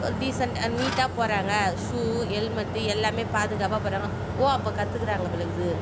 ஒரு டீசெண்ட்டாக ஒரு நீட்டாக போகிறாங்க ஷு ஹெல்மெட்டு எல்லாமே பாதுகாப்பாக போகிறாங்க ஓ அப்போ கற்றுக்குறாங்க போல் இருக்குது